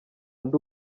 ndi